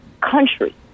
country